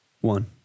One